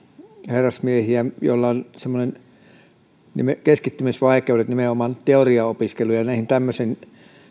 herrasmiehiä joilla on keskittymisvaikeuksia nimenomaan teoriaopiskeluihin ja tämmöisiin